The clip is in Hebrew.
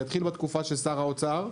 זה התחיל בתקופה של שר האוצר,